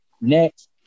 next